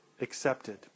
Accepted